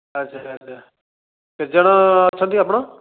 ଆଚ୍ଛା ଆଚ୍ଛା କେତେ ଜଣ ଅଛନ୍ତି ଆପଣ